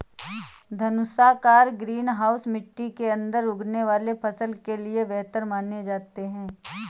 धनुषाकार greenhouse मिट्टी के अंदर उगने वाले फसल के लिए बेहतर माने जाते हैं